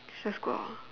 let's just go out ah